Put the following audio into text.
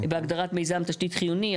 בהגדרת מיזם תשתית חיוני,